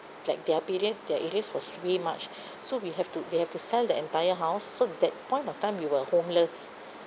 like their period their arrears was way much so we have to they have to sell the entire house so that point of time we were homeless